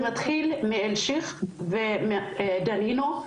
זה התחיל מאלשיך ודנינו.